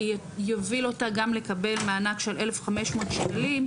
יוביל אותה גם לקבל מענק של 1,500 שקלים.